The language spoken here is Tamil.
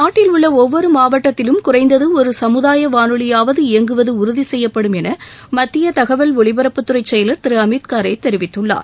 நாட்டில் உள்ள ஒவ்வொரு மாவட்டத்திலும் குறைந்தது ஒரு சமுதாய வானொலியாவது இயங்குவது உறுதி செய்யப்படும் என மத்திய தகவல் ஒலிபரப்புத்துறை செயலர் திரு அமித் காரே தெரிவித்துள்ளார்